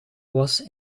was